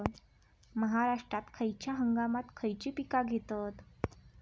महाराष्ट्रात खयच्या हंगामांत खयची पीका घेतत?